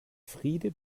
friede